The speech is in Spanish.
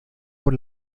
por